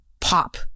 pop